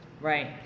Right